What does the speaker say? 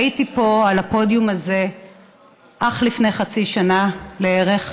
הייתי פה על הפודיום הזה אך לפני חצי שנה בערך,